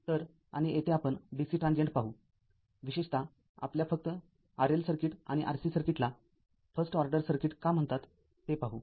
तर आणि येथे आपण dc ट्रांजीएंट पाहू विशेषतः आपल्या फक्त RLसर्किट आणि RC सर्किटला फर्स्ट ऑर्डर सर्किट का म्हणतात ते पाहू